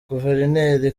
guverineri